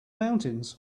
mountains